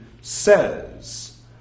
says